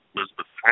Elizabeth